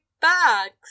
bags